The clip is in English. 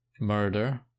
Murder